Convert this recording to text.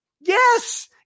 Yes